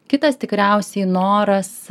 kitas tikriausiai noras